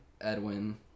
Edwin